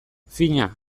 fina